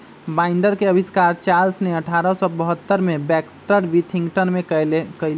binder के आविष्कार Charles ने अठारह सौ बहत्तर में बैक्सटर विथिंगटन में कइले हल